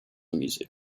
music